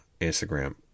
Instagram